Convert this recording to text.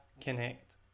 Connect